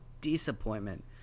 Disappointment